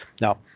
Now